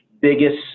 biggest